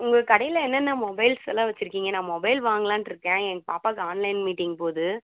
உங்கள் கடையில் என்னென்ன மொபைல்ஸ் எல்லாம் வைச்சிருக்கீங்க நான் மொபைல் வாங்கலாம்ன்ட்ருக்கேன் என் பாப்பாவுக்கு ஆன்லைன் மீட்டிங் போகுது